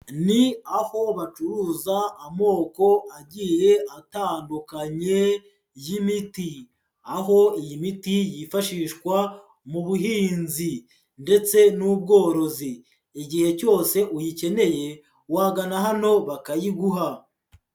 Ni aho bacuruza amoko agiye atandukanye y'imiti, aho iyi miti yifashishwa mu buhinzi ndetse n'ubworozi, igihe cyose uyikeneye wagana hano bakayiguha.